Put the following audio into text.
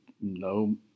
no